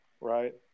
right